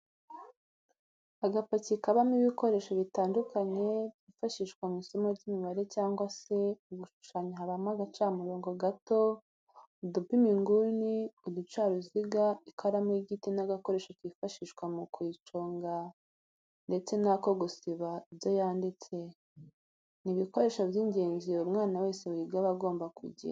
Agapaki kabamo ibikoresho bitandukanye byifashishwa mU isomo ry'imibare cyangwa se mu gushushanya habamo agacamurobo gato, udupima inguni, uducaruziga ,ikaramu y'igiti n'agakoresho kifashishwa mu kuyiconga ndetse n'ako gusiba ibyo yanditse, ni ibikoresho by'ingenzi umwana wese wiga aba agomba kugira.